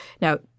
Now